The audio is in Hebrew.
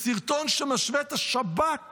בסרטון שמשווה את השב"כ